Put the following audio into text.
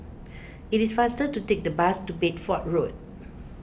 it is faster to take the bus to Bedford Road